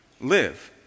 live